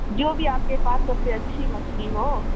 جو بھی آپ کے پاس سب سے اچھی مچھلی ہو